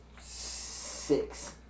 Six